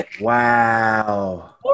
Wow